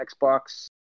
Xbox